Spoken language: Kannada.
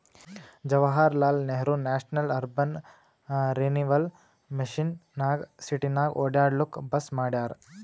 Jawaharlal Nehru national urban renewal mission ನಾಗ್ ಸಿಟಿನಾಗ್ ಒಡ್ಯಾಡ್ಲೂಕ್ ಬಸ್ ಮಾಡ್ಯಾರ್